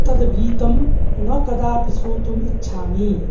तद् गीतं न कदापि श्रोतुम् इच्छामि